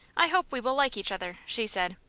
i hope we will like each other, she said.